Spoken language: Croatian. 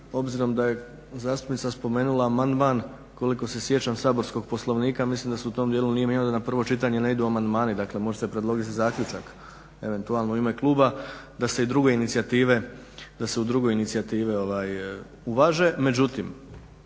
obzirom da je zastupnica spomenula amandman koliko se sjećam saborskog poslovnika mislim da se u tom dijelu … na prvo čitanje ne idu amandmani dakle može se predložiti zaključak eventualno u ime kluba da se i druge inicijative uvaže.